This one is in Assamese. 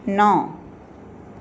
ন